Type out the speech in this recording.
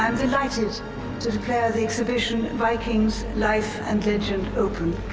i'm delighted to declare the exhibition vikings life and legend open.